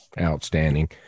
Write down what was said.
Outstanding